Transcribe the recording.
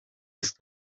ist